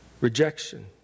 rejection